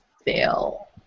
fail